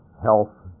health,